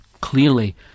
Clearly